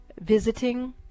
visiting